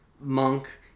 Monk